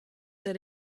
that